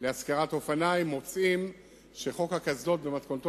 להשכרת אופניים מוצאים שחוק הקסדות במתכונתו